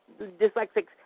dyslexics